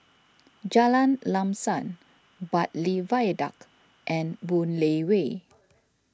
Jalan Lam Sam Bartley Viaduct and Boon Lay Way